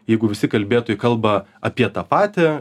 jeigu visi kalbėtojai kalba apie tą patį